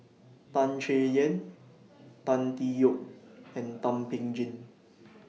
Tan Chay Yan Tan Tee Yoke and Thum Ping Tjin